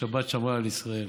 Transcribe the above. השבת שמרה על ישראל.